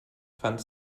fand